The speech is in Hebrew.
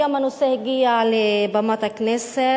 הנושא גם הגיע לבמת הכנסת,